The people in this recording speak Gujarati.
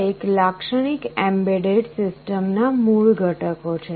આ એક લાક્ષણિક એમ્બેડેડ સિસ્ટમના મૂળ ઘટકો છે